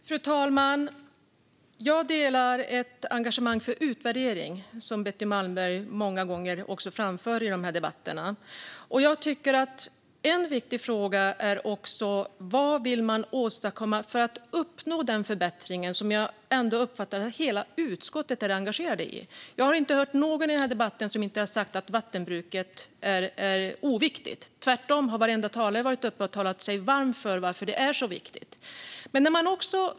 Fru talman! Jag delar uppfattningen att det behövs en utvärdering, som Betty Malmberg många gånger framför i de här debatterna. En viktig fråga är också vad man vill göra för att uppnå den förbättring som jag ändå uppfattar att hela utskottet är engagerat i. Jag har inte hört någon i den här debatten som har sagt att vattenbruket är oviktigt. Tvärtom har varenda talare varit uppe och talat sig varm för varför det är så viktigt.